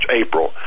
April